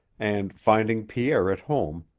and, finding pierre at home,